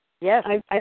Yes